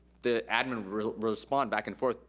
the admin will respond back and forth.